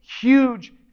huge